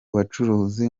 bacuruzi